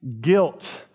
guilt